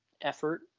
effort